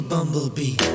Bumblebee